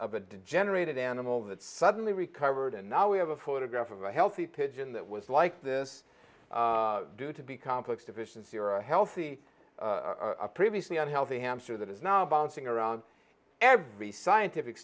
of a degenerated animal that suddenly recovered and now we have a photograph of a healthy pigeon that was like this due to be complex deficiency or a healthy previously on healthy hamster that is now bouncing around every scientific